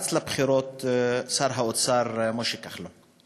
רץ לבחירות שר האוצר משה כחלון.